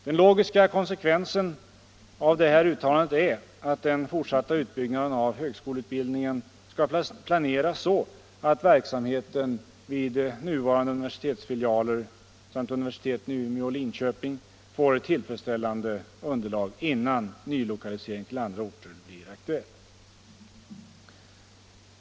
Den logiska konsekvensen av detta uttalande är att den fortsatta utbyggnaden av högskoleutbildningen skall planeras så att verksamheten vid nuvarande universitetsfilialer samt universiteten i Umeå och Linköping får ett tillfredsställande underlag innan nylokalisering till andra orter blir aktuell.